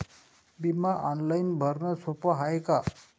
बिमा ऑनलाईन भरनं सोप हाय का?